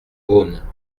beaune